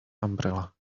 umbrella